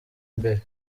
imbere